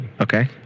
Okay